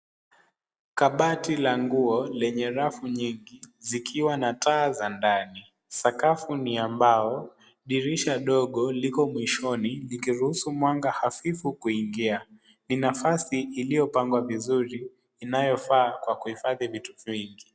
Kabati la nguo ,lenye rafu nyingi, zikiwa na taa za ndani. Sakafu ni ya mbao . Dirisha dogo liko mwishoni likiruhusu mwanga hafifu kuingia. Ni nafasi iliyopangwa vizuri, inayofaa kwa kuhifadhi vitu vingi.